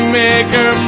maker